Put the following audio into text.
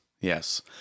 Yes